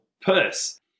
purse